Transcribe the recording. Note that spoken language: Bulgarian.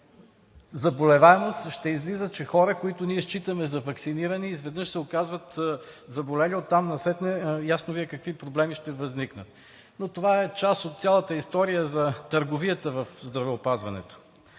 заболеваемост. Ще излиза, че хора, които ние считаме за ваксинирани, изведнъж се оказват заболели. Оттам насетне Ви е ясно какви проблеми ще възникнат. Но това е част от цялата история за търговията в здравеопазването.